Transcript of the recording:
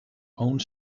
owned